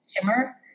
shimmer